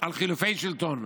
על חילופי שלטון.